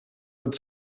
het